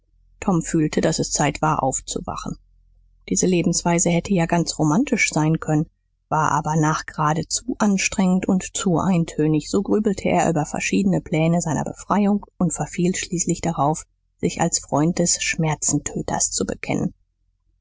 tom fühlte daß es zeit war aufzuwachen diese lebensweise hätte ja ganz romantisch sein können war aber nachgerade zu anstrengend und zu eintönig so grübelte er über verschiedenen plänen seiner befreiung und verfiel schließlich darauf sich als freund des schmerzentöters zu bekennen